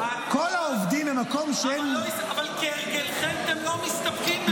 וכל העובדים במקום שהם --- אבל כהרגלכם אתם לא מסתפקים בזה.